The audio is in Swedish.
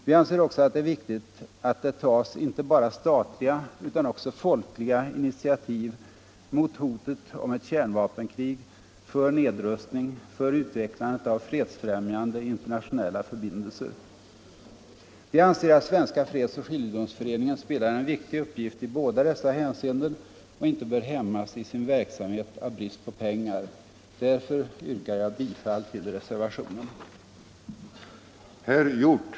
Vi anser också att det är viktigt att det tas inte bara statliga utan också folkliga initiativ mot hotet om ett kärnvapenkrig, för nedrustning, för utvecklandet av fredsfrämjande internationella förbindelser. Vi anser att Svenska fredsoch skiljedomsföreningen fullgör en viktig uppgift i båda dessa hänseenden och inte bör hämmas i sin verksamhet av brist på pengar. Därför yrkar jag bifall till motionen 252.